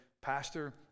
Pastor